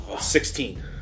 sixteen